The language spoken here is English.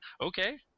Okay